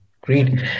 great